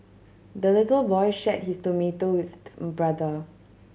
the little boy shared his tomato with brother